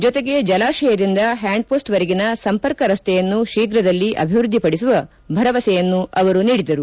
ಜೊತೆಗೆ ಜಲಾಶಯದಿಂದ ಹ್ಯಾಂಡ್ಪೋಸ್ಟ್ವರೆಗಿನ ಸಂಪರ್ಕ ರಸ್ತೆಯನ್ನು ಶೀಘದಲ್ಲಿ ಅಭಿವೃದ್ದಿಪಡಿಸುವ ಭರವಸೆಯನ್ನು ಅವರು ನೀಡಿದರು